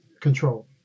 control